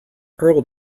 hurled